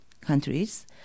countries